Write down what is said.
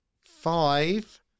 Five